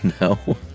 no